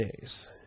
days